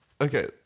Okay